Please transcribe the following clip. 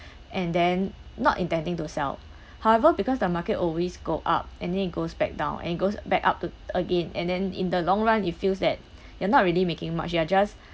and then not intending to sell however because the market always go up and then it goes back down and it goes back up to again and then in the long run it feels that you're not really making much you are just